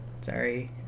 Sorry